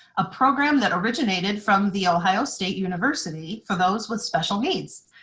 a program that originated from the ohio state university for those with special needs.